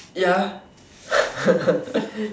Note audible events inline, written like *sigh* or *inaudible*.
ya *laughs* *breath*